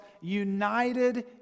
united